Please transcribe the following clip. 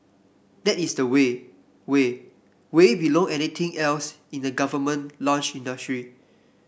that is the way way way below anything else in the government launch industry